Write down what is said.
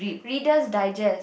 Reader's Digest